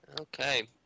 Okay